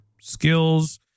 skills